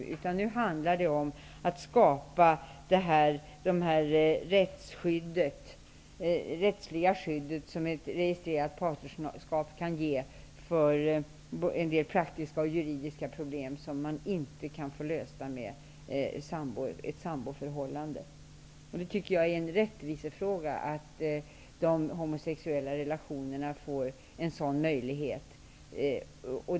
Det handlar om att skapa det rättsliga skydd som ett registrerat partnerskap kan ge. Det finns en del praktiska och juridiska problem som man inte kan lösa inom ett samboförhållande. Jag tycker att det är en rättvisefråga att man i de homosexuella relationerna får en sådan möjlighet.